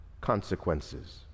consequences